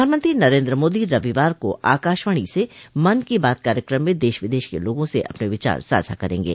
प्रधानमंत्री नरेन्द्र मोदी रविवार को आकाशवाणी से मन की बात कार्यक्रम में देश विदश के लोगों से अपने विचार साझा करेंगे